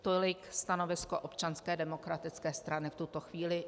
Tolik stanovisko Občanské demokratické strany v tuto chvíli.